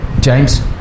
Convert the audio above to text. James